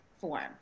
form